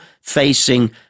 facing